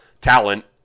talent